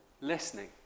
Listening